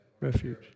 Refuge